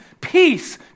peace